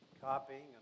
copying